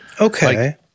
Okay